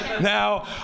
Now